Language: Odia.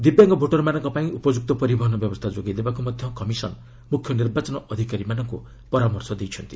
ଦିବ୍ୟାଙ୍କ ଭୋଟରମାନଙ୍କ ପାଇଁ ଉପଯୁକ୍ତ ପରିବହନ ବ୍ୟବସ୍ଥା ଯୋଗାଇଦେବାକୁ ମଧ୍ୟ କମିଶନ ମୁଖ୍ୟ ନିର୍ବାଚନ ଅଧିକାରୀମାନଙ୍କୁ ପରାମର୍ଶ ଦେଇଛନ୍ତି